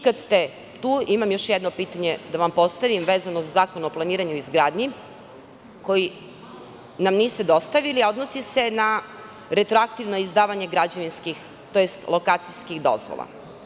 Kada ste već tu, imam još jedno pitanje da vam postavim vezano za Zakon o planiranju i izgradnji, koji nam niste dostavili, a odnosi se na retroaktivno izdavanje građevinskih, tj. lokacijskih dozvola.